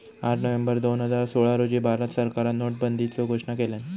आठ नोव्हेंबर दोन हजार सोळा रोजी भारत सरकारान नोटाबंदीचो घोषणा केल्यान